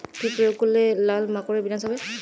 কি প্রয়োগ করলে লাল মাকড়ের বিনাশ হবে?